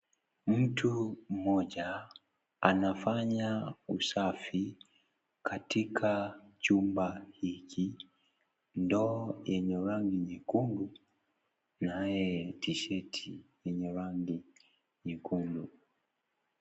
Mtu mmoja anafanya usafi katika jumba hiki, ndoo yenye rangi nyekundu na yenye tisheti yenye rangi nyekundu .